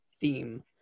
theme